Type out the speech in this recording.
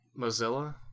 Mozilla